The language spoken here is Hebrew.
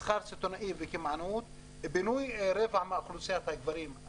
מסחר סיטונאי וקמעונאות; בינוי רבע מאוכלוסיית הגברים,